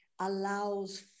allows